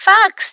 Fox